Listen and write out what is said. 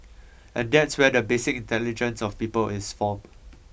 and that's where the basic intelligence of people is formed